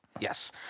Yes